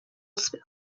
spill